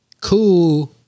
cool